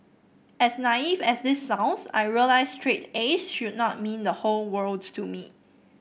as naive as this sounds I realised straight A S should not mean the whole world to me